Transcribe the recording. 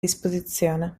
disposizione